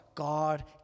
God